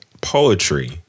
poetry